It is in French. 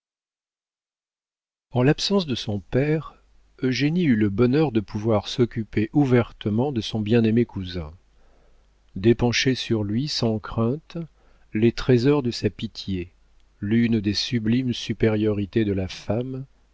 en l'absence de son père eugénie eut le bonheur de pouvoir s'occuper ouvertement de son bien-aimé cousin d'épancher sur lui sans crainte les trésors de sa pitié l'une des sublimes supériorités de la femme